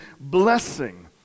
blessing